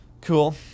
Cool